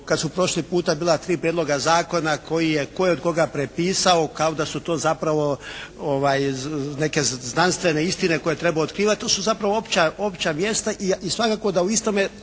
kad su prošli puta bila tri prijedloga zakona tko je od koga prepisao kao da su to zapravo neke znanstvene istine koje treba otkrivati. To su zapravo opća mjesta i svakako da u istome